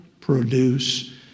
produce